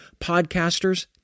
podcasters